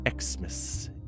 Xmas